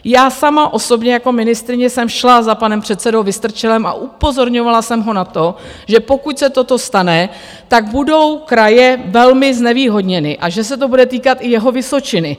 Já sama osobně jako ministryně jsem šla za panem předsedou Vystrčilem a upozorňovala jsem ho na to, že pokud se toto stane, tak budou kraje velmi znevýhodněny a že se to bude týkat i jeho Vysočiny.